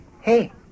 Hey